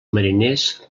mariners